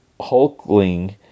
Hulkling